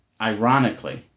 ironically